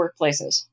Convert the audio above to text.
workplaces